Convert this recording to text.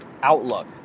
outlook